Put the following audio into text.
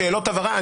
שאלות הבהרה.